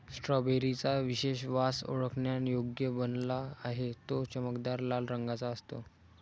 strawberry चा विशेष वास ओळखण्यायोग्य बनला आहे, तो चमकदार लाल रंगाचा असतो